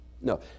No